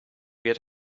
get